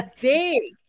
big